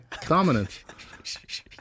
dominance